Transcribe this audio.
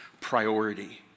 priority